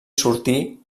sortir